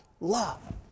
love